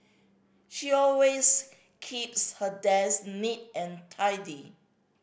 she always keeps her desk neat and tidy